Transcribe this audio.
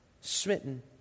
Smitten